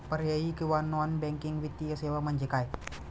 पर्यायी किंवा non banking वित्तीय सेवा म्हणजे काय?